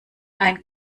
einen